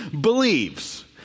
believes